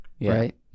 right